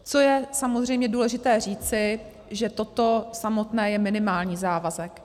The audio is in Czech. Co je samozřejmě důležité říci, že toto samotné je minimální závazek.